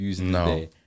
No